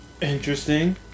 Interesting